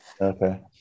Okay